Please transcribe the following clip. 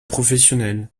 professionnelles